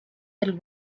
del